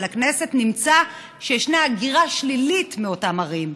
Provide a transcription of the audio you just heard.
הכנסת נמצא שישנה הגירה שלילית מאותן ערים.